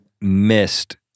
missed